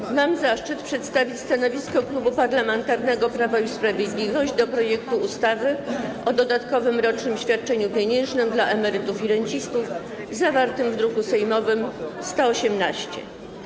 Mam zaszczyt przedstawić stanowisko Klubu Parlamentarnego Prawo i Sprawiedliwość wobec projektu ustawy o dodatkowym rocznym świadczeniu pieniężnym dla emerytów i rencistów, zawartego w druku sejmowym nr 118.